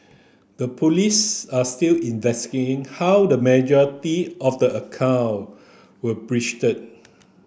the Police are still investigating how the majority of the account were breached